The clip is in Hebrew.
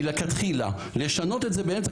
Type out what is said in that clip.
זה דבר